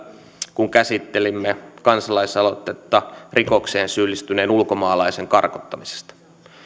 kun käsittelimme kansalaisaloitetta rikokseen syyllistyneen ulkomaalaisen karkottamisesta